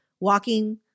walking